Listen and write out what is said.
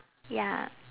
ya